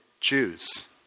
Jews